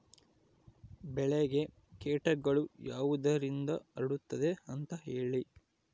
ಬೆಳೆಗೆ ಕೇಟಗಳು ಯಾವುದರಿಂದ ಹರಡುತ್ತದೆ ಅಂತಾ ಹೇಳಿ?